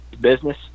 business